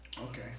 Okay